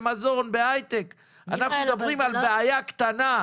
אנחנו מדברים על בעיה קטנה,